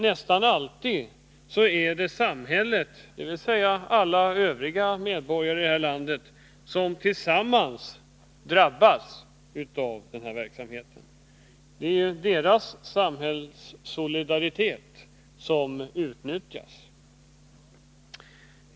Nästan alltid är det samhället som drabbas, dvs. alla övriga medborgare i det här landet. Det är deras samhällssolidaritet som utnyttjas.